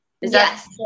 Yes